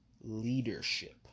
leadership